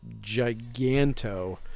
giganto